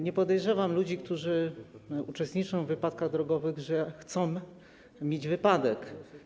Nie podejrzewam ludzi, którzy uczestniczą w wypadkach drogowych, że chcą mieć wypadek.